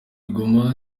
goma